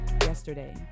yesterday